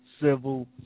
civil